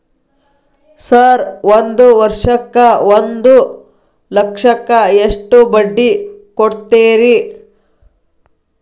Sir ಒಂದು ವರ್ಷಕ್ಕ ಒಂದು ಲಕ್ಷಕ್ಕ ಎಷ್ಟು ಬಡ್ಡಿ ಕೊಡ್ತೇರಿ?